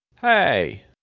Hey